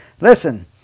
Listen